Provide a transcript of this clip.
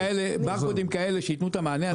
בנוסף לסימון לשים ברקודים כאלה שייתנו את המענה.